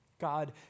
God